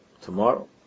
Tomorrow